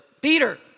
Peter